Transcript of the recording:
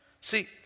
See